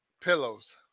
Pillows